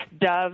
Dove